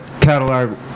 catalog